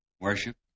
worship